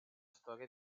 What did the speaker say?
storia